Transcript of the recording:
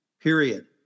period